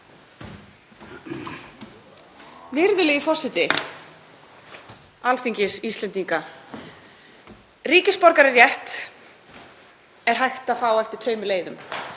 Virðulegi forseti Alþingis Íslendinga. Ríkisborgararétt er hægt að fá eftir tveimur leiðum,